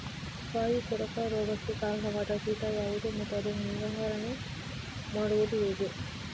ಕಾಯಿ ಕೊರಕ ರೋಗಕ್ಕೆ ಕಾರಣವಾದ ಕೀಟ ಯಾವುದು ಮತ್ತು ಅದನ್ನು ನಿವಾರಣೆ ಮಾಡುವುದು ಹೇಗೆ?